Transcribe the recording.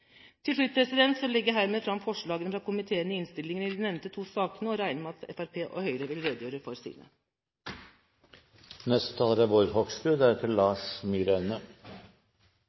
Til slutt legger jeg fram forslagene til vedtak fra komiteen i innstillingene i de to nevnte sakene, og regner med at Fremskrittspartiet og Høyre vil redegjøre for sine